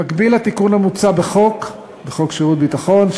במקביל לתיקון המוצע בחוק שירות ביטחון,